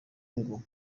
ngo